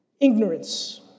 ignorance